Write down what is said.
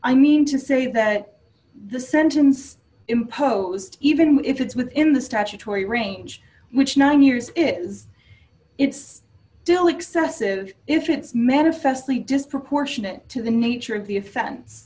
i mean to say that the sentence imposed even when if it's within the statutory range which nine years it is it's still excessive if it's manifestly disproportionate to the nature of the offen